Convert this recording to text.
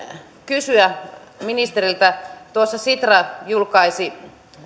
kysyä ministeriltä tuossa sitra julkaisi